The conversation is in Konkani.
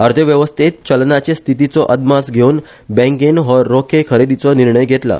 अर्थव्यवस्थेत चलनाचे स्थितीचो अदमास घेवन बँकेन हो रोखे खरेदीचो निर्णय घेतला